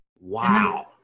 wow